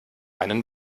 einen